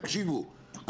תקשיבו,